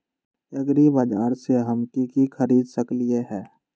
एग्रीबाजार से हम की की खरीद सकलियै ह?